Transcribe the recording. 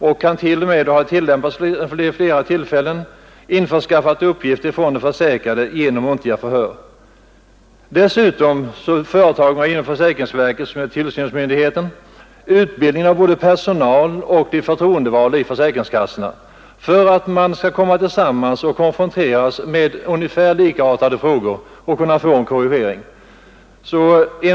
Man kan t.o.m. — det har tillämpats vid flera tillfällen — införskaffa uppgifter från den försäkrade genom muntliga förhör. Dessutom anordnar riksförsäkringsverket, som är tillsynsmyndigheten, utbildning av både personal och förtroendevalda vid försäkringskassorna för att man skall komma tillsammans och konfronteras med ungefär likartade frågor och kunna få en korrigering av praxis.